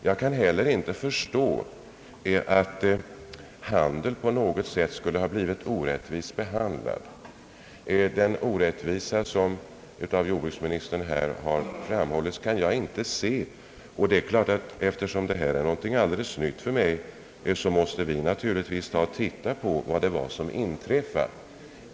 Jag kan heller inte förstå att handeln eller andra på något sätt skulle ha blivit utsatt för en orättvisa. När jordbruksministern talar om en sådan kan jag inte se att han har fog för det. Eftersom detta är någonting alldeles nytt för mig måste vi naturligtvis titta närmare på vad som inträffat.